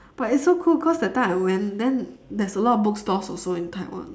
but it's so cool cause that time I went then there's a lot of bookstores also in taiwan